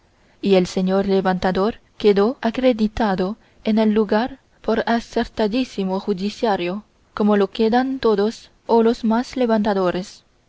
y el señor levantador quedó acreditado en el lugar por acertadísimo judiciario como lo quedan todos o los más levantadores